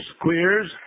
queers